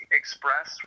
express